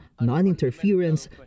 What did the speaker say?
non-interference